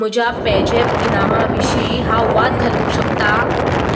म्हज्या पेझॅप इनामां विशीं हांव वाद घालूंक शकता